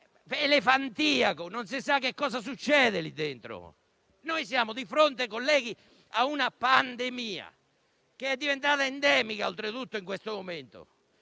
elefantiaco! Non si sa che cosa succeda lì dentro. Noi siamo di fronte, cari colleghi, a una pandemia che è diventata endemica, oltretutto, in questo momento.